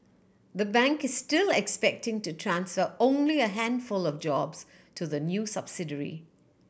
the bank is still expecting to transfer only a handful of jobs to the new subsidiary